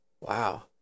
Wow